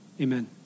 amen